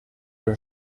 los